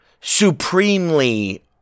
supremely